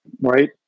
right